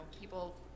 people